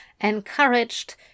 Encouraged